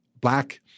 black